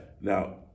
Now